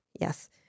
yes